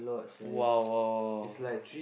!wow! !wow! !wah!